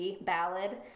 ballad